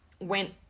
went